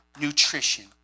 nutrition